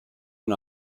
and